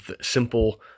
simple